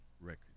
record